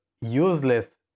useless